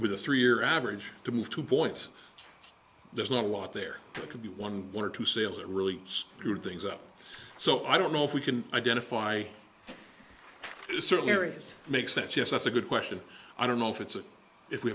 with a three year average to move two points there's not a lot there could be one or two sales are really poor things up so i don't know if we can identify certain areas makes sense yes that's a good question i don't know if it's a if we